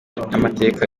y’amateka